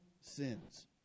sins